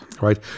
right